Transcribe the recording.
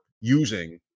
using